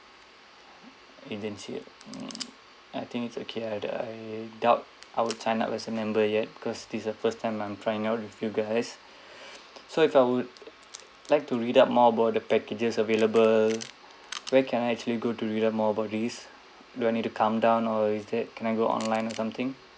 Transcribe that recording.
membership mm I think it's okay ah I I doubt I will sign up as a member yet because this the first time I'm trying out with you guys so if I would like to read up more about the packages available where can I actually go to read more about this do I need to come down or is that can I go online or something